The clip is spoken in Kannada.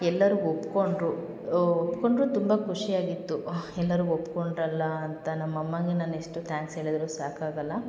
ಎಲ್ಲರೂ ಒಪ್ಪಿಕೊಂಡ್ರು ಒಪ್ಪಿಕೊಂಡ್ರು ತುಂಬ ಖುಷಿಯಾಗಿತ್ತು ಎಲ್ಲರೂ ಒಪ್ಪಿಕೊಂಡ್ರಲ್ಲ ಅಂತ ನಮ್ಮ ಅಮ್ಮನಿಗೂ ನಾನು ಎಷ್ಟು ತ್ಯಾಂಕ್ಸ್ ಹೇಳಿದ್ರು ಸಾಕಾಗಲ್ಲ